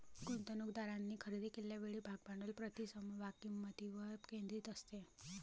गुंतवणूकदारांनी खरेदी केलेल्या वेळी भाग भांडवल प्रति समभाग किंमतीवर केंद्रित असते